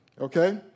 okay